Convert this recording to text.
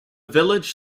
village